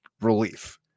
relief